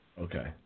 Okay